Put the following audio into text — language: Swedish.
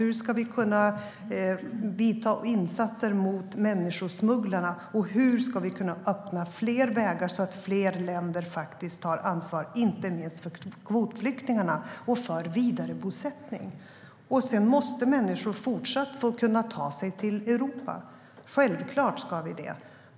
Hur ska vi kunna göra insatser mot människosmugglarna, och hur ska vi kunna öppna fler vägar så att fler länder faktiskt tar ansvar, inte minst för kvotflyktingarna och för vidarebosättning? Människor måste fortsatt få kunna ta sig till Europa. Självklart ska vi se till det.